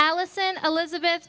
alison elizabeth